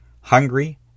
Hungry